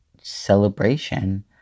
celebration